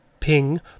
Ping